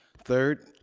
third,